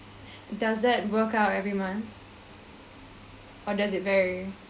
does that work out every month or does it vary